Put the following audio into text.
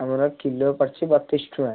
ଆମର କିଲୋ ପଡ଼ିଛି ବତିଶ ଟଙ୍କା